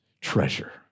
treasure